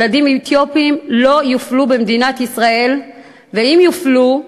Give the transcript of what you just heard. ילדים אתיופים לא יופלו במדינת ישראל, ואם יופלו,